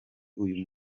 uyu